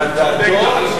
זה על דעתם של